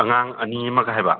ꯑꯉꯥꯡ ꯑꯅꯤ ꯑꯃꯒ ꯍꯥꯏꯕ